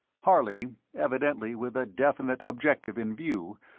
harley, evidently with a definite objective in view,